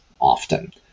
often